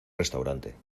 restaurante